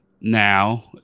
now